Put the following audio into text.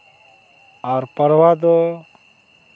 ᱟᱨ ᱯᱟᱨᱣᱟ ᱫᱚ